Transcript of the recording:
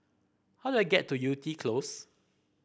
how do I get to Yew Tee Close